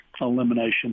elimination